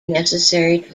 necessary